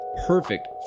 perfect